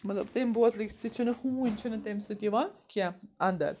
مطلب تمہِ بوتلٕۍ سۭتۍ چھُ نہٕ ہوٗنۍ چھِ نہٕ تمہِ سۭتۍ یِوان کینٛہہ اَندَر